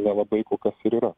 nelabai kas ir yra